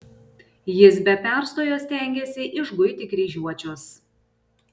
jis be perstojo stengėsi išguiti kryžiuočius